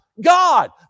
god